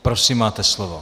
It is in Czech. Prosím, máte slovo.